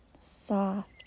soft